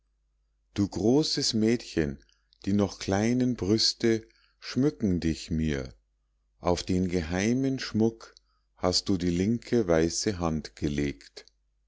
du großes mädchen die noch kleinen brüste schmücken dich mir auf den geheimen schmuck hast du die linke weiße hand gelegt